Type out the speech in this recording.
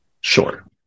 sure